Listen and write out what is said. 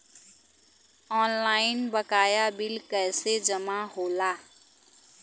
Online बकाया bill कैसे जमा होला?